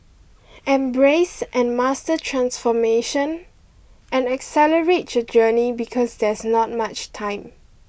embrace and master transformation and accelerate your journey because there's not much time